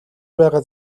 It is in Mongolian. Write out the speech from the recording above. байгаа